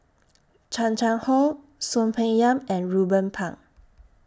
Chan Chang How Soon Peng Yam and Ruben Pang